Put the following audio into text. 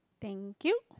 thank you